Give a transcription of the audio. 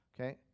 Okay